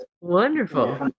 Wonderful